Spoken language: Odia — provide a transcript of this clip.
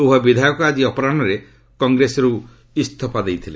ଉଭୟ ବିଧାୟକ ଆଜି ଅପରାହ୍ନରେ କଂଗ୍ରେସରୁ ଇସ୍ତଫା ଦେଇଥିଲେ